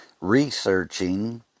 researching